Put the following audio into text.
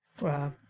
Wow